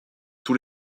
tous